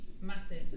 Massive